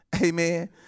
Amen